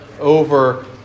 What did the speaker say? over